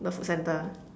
the food centre